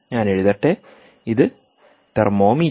ഞാൻ എഴുതട്ടെ ഇത് തെർമോമീറ്റർ